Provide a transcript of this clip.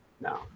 No